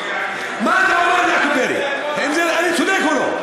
מה אתה אומר, יעקב פרי, האם אני צודק או לא?